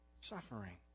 suffering